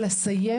לסיים,